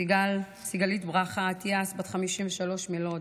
סיגלית ברכה אטיאס, בת 53 מלוד,